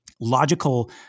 logical